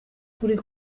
uri